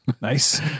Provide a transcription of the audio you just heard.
nice